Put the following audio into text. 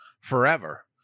forever